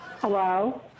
Hello